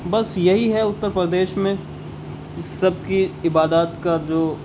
بس یہی ہے اتّر پردیش میں اس سب کی عبادات کا جو